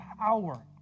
power